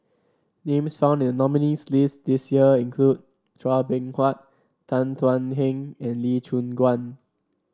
names found in the nominees' list this year include Chua Beng Huat Tan Thuan Heng and Lee Choon Guan